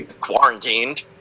quarantined